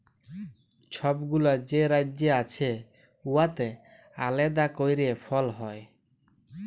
ছব গুলা যে রাজ্য আছে উয়াতে আলেদা ক্যইরে ফল হ্যয়